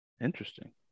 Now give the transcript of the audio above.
interesting